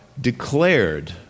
declared